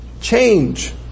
Change